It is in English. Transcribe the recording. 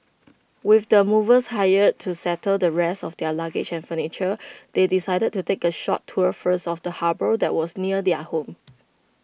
with the movers hired to settle the rest of their luggage and furniture they decided to take A short tour first of the harbour that was near their home